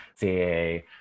CAA